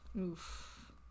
Oof